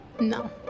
No